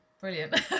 Brilliant